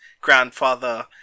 grandfather